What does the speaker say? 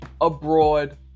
abroad